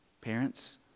Parents